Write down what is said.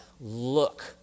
look